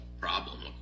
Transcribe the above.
problem